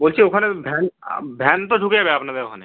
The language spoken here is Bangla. বলছি ওখানে ভ্যান ভ্যান তো ঢুকে যাবে আপনাদের ওখানে